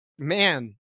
Man